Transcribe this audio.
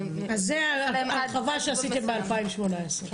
זו הרחבה שעשיתם ב-2018.